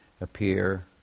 appear